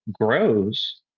grows